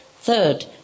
Third